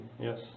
yes